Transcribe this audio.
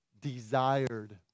desired